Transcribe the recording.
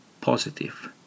positive